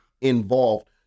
involved